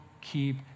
keep